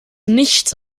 nichts